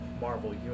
Marvel